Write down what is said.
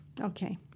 Okay